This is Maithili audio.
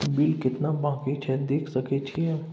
बिल केतना बाँकी छै देख सके छियै?